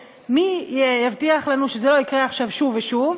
ומי יבטיח לנו שזה לא יקרה עכשיו שוב ושוב?